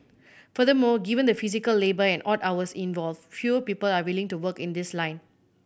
furthermore given the physical labour and odd hours involved fewer people are willing to work in this line